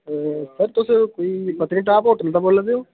sir तुस कोई Patnitop hotel दा बोल्लै दे ओ